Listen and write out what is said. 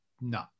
no